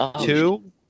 Two